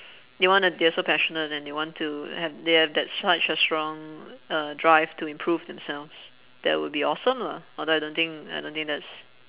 they wanna they're so passionate and they want to have they have that such a strong uh drive to improve themselves that would be awesome lah although I don't think I don't think that's